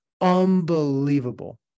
Unbelievable